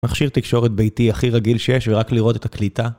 מכשיר תקשורת ביתי הכי רגיל שיש ורק לראות את הקליטה.